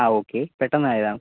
ആ ഓക്കേ പെട്ടെന്നായതാണ്